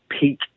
peak